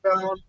down